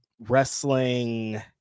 wrestling